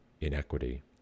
inequity